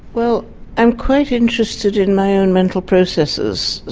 well i'm quite interested in my own mental processes,